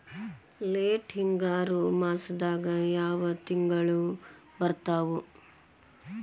Late ಹಿಂಗಾರು ಮಾಸದಾಗ ಯಾವ್ ತಿಂಗ್ಳು ಬರ್ತಾವು?